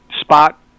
spot